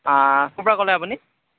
ক'ৰ পৰা ক'লে আপুনি